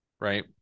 right